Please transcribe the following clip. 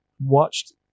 watched